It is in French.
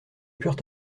purent